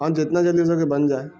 اور جتنا جلدی ہو سکے بن جائے